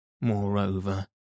moreover